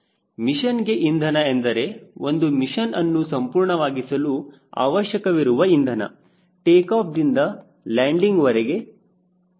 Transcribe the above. ಮಿಷನ್ಗೆ ಇಂಧನ ಎಂದರೆ ಒಂದು ಮಿಷನ್ಅನ್ನು ಸಂಪೂರ್ಣವಾಗಿಸಲು ಅವಶ್ಯಕವಿರುವ ಇಂಧನ ಟೇಕಾಫ್ ದಿಂದ ಲ್ಯಾಂಡಿಂಗ್ವರೆಗೆ ಸರಿ